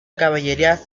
caballería